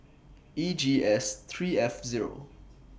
E G S three F Zero